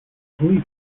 police